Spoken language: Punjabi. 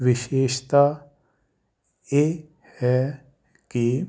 ਵਿਸ਼ੇਸ਼ਤਾ ਇਹ ਹੈ ਕਿ